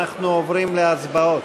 אנחנו עוברים להצבעות.